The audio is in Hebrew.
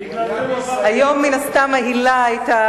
היום מן הסתם ההילה היתה